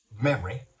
memory